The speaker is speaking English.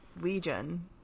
Legion